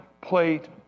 plate